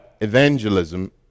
evangelism